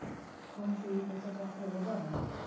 Phone से भी पैसा ट्रांसफर होवहै?